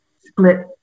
split